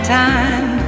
time